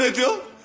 ah bill.